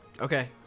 Okay